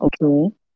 Okay